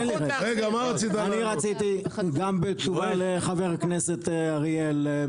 אני רציתי גם בתשובה לחבר הכנסת אריאל,